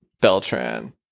Beltran